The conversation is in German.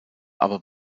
aber